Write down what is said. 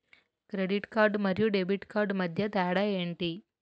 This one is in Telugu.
క్రెడిట్ కార్డ్ మరియు డెబిట్ కార్డ్ మధ్య తేడా ఎంటి?